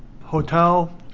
hotel